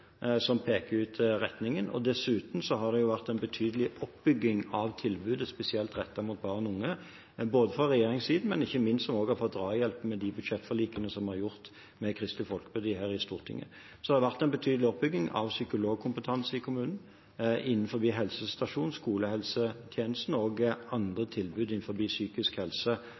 som peker ut retningen, og dessuten har det vært en betydelig oppbygging av tilbudet, spesielt rettet mot barn og unge, fra regjeringens side, men ikke minst har vi også fått drahjelp i de budsjettforlikene som vi har inngått med Kristelig Folkeparti her i Stortinget. Så har det allerede vært en betydelig oppbygging av psykologkompetanse i kommunene, både på helsestasjoner og innen skolehelsetjenesten, og også andre tilbud innen psykisk helse.